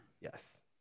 Yes